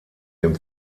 dem